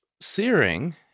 searing